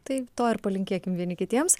tai to ir palinkėkim vieni kitiems